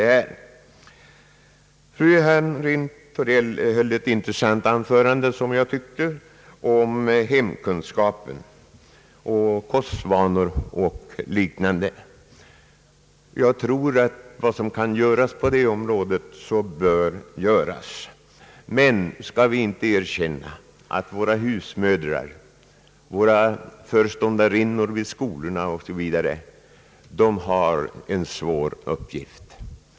Fru Hamrin-Thorell höll ett som jag tyckte intressant anförande om hemkunskap, kostvanor och liknande. Jag tror att vad som kan göras på det området bör göras. Men skall vi inte erkänna att våra husmödrar och våra föreståndarinnor vid skolorna har en svår uppgift?